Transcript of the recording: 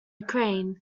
ukraine